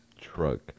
truck